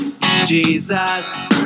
jesus